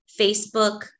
Facebook